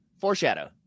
Foreshadow